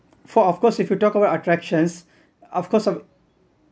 for of course if you talk about attractions of course of